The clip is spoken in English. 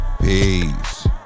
peace